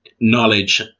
knowledge